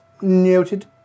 Noted